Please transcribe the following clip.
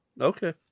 Okay